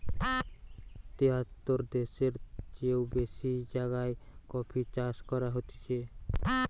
তেয়াত্তর দ্যাশের চেও বেশি জাগায় কফি চাষ করা হতিছে